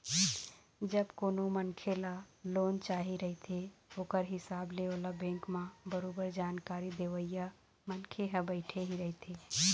जब कोनो मनखे ल लोन चाही रहिथे ओखर हिसाब ले ओला बेंक म बरोबर जानकारी देवइया मनखे ह बइठे ही रहिथे